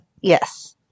yes